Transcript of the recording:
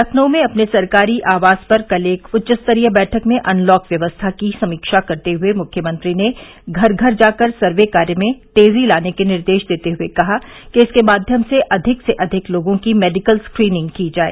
लखनऊ में अपने सरकारी आवास पर कल एक उच्च स्तरीय बैठक में अनलॉक व्यवस्था की समीक्षा करते हुए मुख्यमंत्री ने घर घर जाकर सर्वे कार्य में तेजी लाने के निर्देश देते हुए कहा कि इसके माध्यम से अधिक से अधिक लोगों की मेडिकल स्क्रीनिंग की जाए